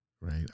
right